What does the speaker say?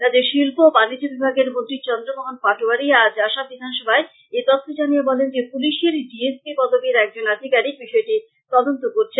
রাজ্যের শিল্প ও বাণিজ্য বিভাগের মন্ত্রী চন্দ্র মোহন পাটোয়ারী আজ আসাম বিধান সভায় এই তথ্য জানিয়ে বলেন যে পুলিশের ডি এস পি পদবির একজন আধিকারিক বিষয়টি তদন্ত করছেন